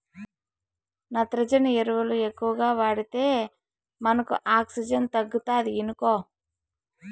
నత్రజని ఎరువులు ఎక్కువగా వాడితే మనకు ఆక్సిజన్ తగ్గుతాది ఇనుకో